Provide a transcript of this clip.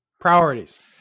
Priorities